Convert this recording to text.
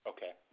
Okay